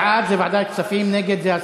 בעד, זה ועדת כספים, נגד, זה הסרה.